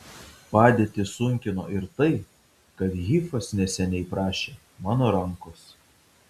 padėtį sunkino ir tai kad hifas neseniai prašė mano rankos